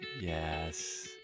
Yes